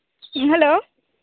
hello